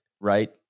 right